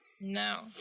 No